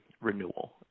renewal